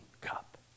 cup